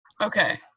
Okay